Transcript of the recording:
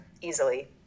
easily